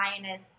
lioness